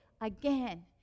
again